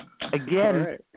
Again